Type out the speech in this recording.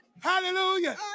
Hallelujah